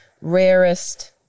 rarest